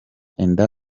inda